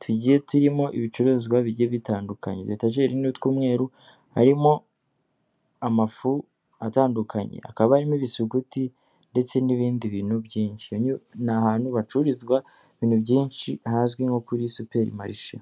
tugiye turimo ibicuruzwa bigiye bitandukanye. Utuyetajeri ni utw'umweru, harimo amafu atandukanye, hakaba harimo ibisuguti ndetse n'ibindi bintu byinshi. Ni ahantu hacururizwa ibintu byinshi hazwi nko kuri superi marishe.